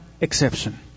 exception